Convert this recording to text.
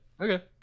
Okay